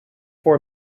for